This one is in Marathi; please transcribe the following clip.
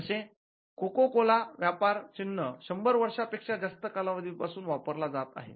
जसे कोको कोला व्यापार चिन्ह शंभर वर्षापेक्षा जास्त कालावधी पासून वापरला जात आहे